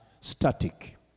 static